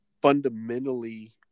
fundamentally